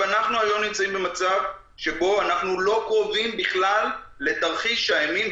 היום אנחנו נמצאים במצב שבו אנחנו לא קרובים בכלל לתרחיש האימים,